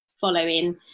following